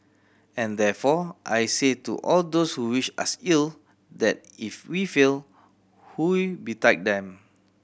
and therefore I say to all those who wish us ill that if we fail woe betide them